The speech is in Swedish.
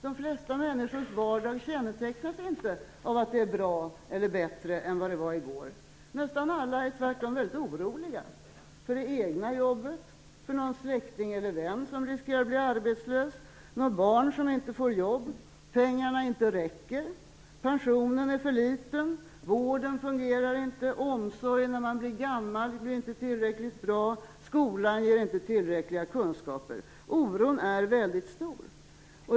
De flesta människors vardag kännetecknas inte av att det är bra eller bättre än vad det var i går. Nästan alla är tvärtom väldigt oroliga - över det egna jobbet, för någon släkting eller vän som riskerar att bli arbetslös, för något barn som inte får jobb, för att pengarna inte räcker, för att pensionen är för liten, för att vården inte fungerar, för att omsorgen när man blir gammal inte skall vara tillräckligt bra och för att skolan inte ger tillräckliga kunskaper. Oron är väldigt stor.